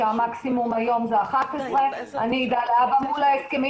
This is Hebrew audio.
כי המקסימום היום זה 11. אני אדע גם מול ההסכמים